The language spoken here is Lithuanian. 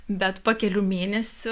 bet po kelių mėnesių